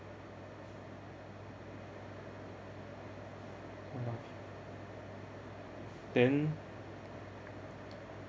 then